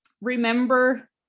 remember